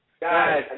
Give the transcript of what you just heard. guys